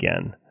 again